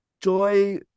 joy